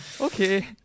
okay